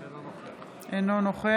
אינו נוכח גבי לסקי,